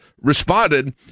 responded